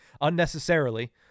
unnecessarily